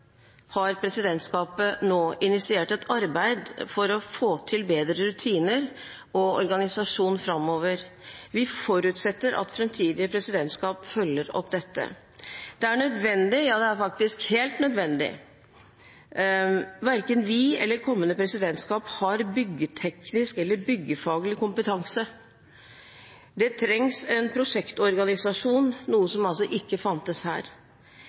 har presidentskapet nå initiert et arbeid for å få til bedre rutiner og organisasjon framover. Vi forutsetter at framtidige presidentskap følger opp dette. Det er nødvendig – ja det er faktisk helt nødvendig. Verken vi eller kommende presidentskap har byggteknisk eller byggfaglig kompetanse. Det trengs en prosjektorganisasjon, noe som altså ikke fantes her.